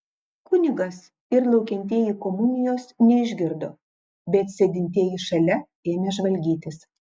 kunigas ir laukiantieji komunijos neišgirdo bet sėdintieji šalia ėmė žvalgytis